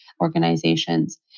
organizations